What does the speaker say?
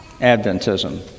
Adventism